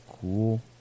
cool